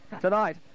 Tonight